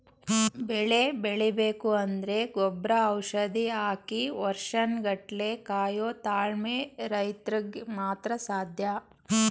ಬೆಳೆ ಬೆಳಿಬೇಕು ಅಂದ್ರೆ ಗೊಬ್ರ ಔಷಧಿ ಹಾಕಿ ವರ್ಷನ್ ಗಟ್ಲೆ ಕಾಯೋ ತಾಳ್ಮೆ ರೈತ್ರುಗ್ ಮಾತ್ರ ಸಾಧ್ಯ